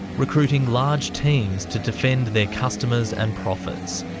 recruiting large teams to defend their customers and profits,